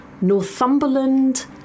Northumberland